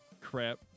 crap